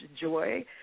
joy